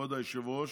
כבוד היושב-ראש,